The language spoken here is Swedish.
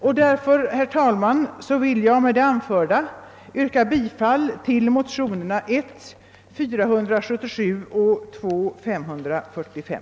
Med det anförda ber jag att få yrka bifall till motionerna 1: 477 och II: 545.